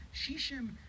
shishim